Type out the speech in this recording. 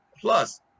plus